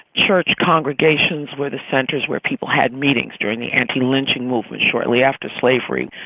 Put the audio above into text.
church congregations were the centres where people had meetings during the anti-lynching movement shortly after slavery.